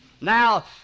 Now